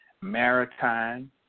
maritime